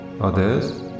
others